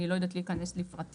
אני לא יודעת להיכנס לפרטים.